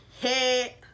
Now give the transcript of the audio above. hey